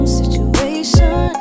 situation